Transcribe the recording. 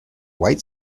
white